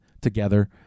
together